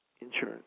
insurance